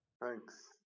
Thanks